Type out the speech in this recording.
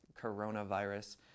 coronavirus